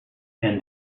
and